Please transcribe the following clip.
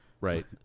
right